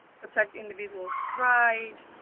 protect individuals' rights,